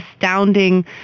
astounding